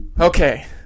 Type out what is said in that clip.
okay